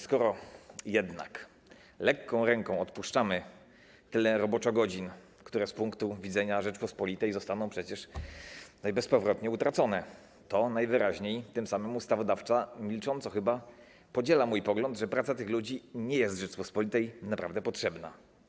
Skoro lekką ręką odpuszczamy tyle roboczogodzin, które z punktu widzenia Rzeczypospolitej zostaną przecież bezpowrotnie utracone, to najwyraźniej tym samym ustawodawca milcząco chyba podziela mój pogląd, że praca tych ludzi nie jest Rzeczypospolitej naprawdę potrzebna.